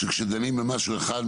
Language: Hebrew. שכשדנים במשהו אחד,